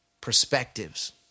Perspectives